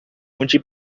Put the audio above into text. onde